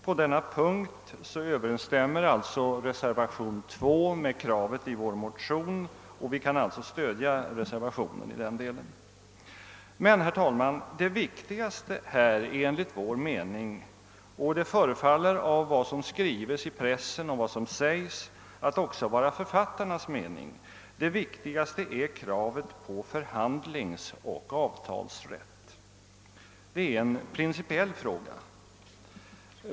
På denna punkt överensstämmer reservationen 2 med kravet i våra motioner, och vi kan därför stödja reservationen i den delen. Men, herr talman, det viktigaste är enligt vår mening — och det förefaller av vad som skrivits i pressen och vad som sagts som om detta också är författarnas mening — kravet på förhandlingsoch avtalsrätt. Det är en principiell fråga.